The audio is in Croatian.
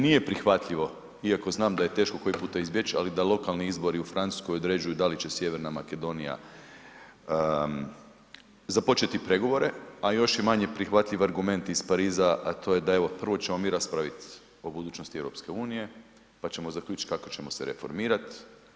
Nije prihvatljivo, iako znam da je teško koji puta izbjeć, ali da lokalni izbori u Francuskoj određuju da li će Sjeverna Makedonija započeti pregovore, a još je manje prihvatljiv argument iz Pariza, a to je da evo prvo ćemo mi raspraviti o budućnosti EU pa ćemo zaključiti kako ćemo se reformirati.